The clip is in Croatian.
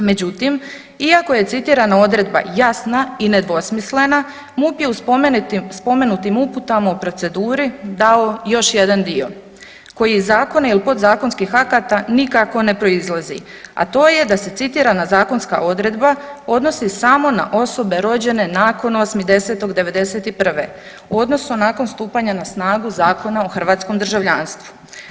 Međutim, iako je citirana odredba jasna i nedvosmislena MUP je u spomenutim uputama o proceduri dao još jedan dio koji iz zakona ili podzakonskih akata nikako ne proizlazi, a to je da se citirana zakonska odredba odnosi samo na osobe rođene nakon 8.10.'91. odnosno nakon stupanja na snagu Zakona o hrvatskom državljanstvu.